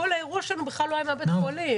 כל האירוע שלנו לא היה בבית החולים.